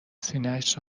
سینهاش